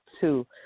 two